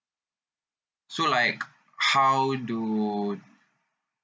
so like how do